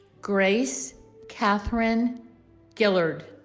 grace catherine gillard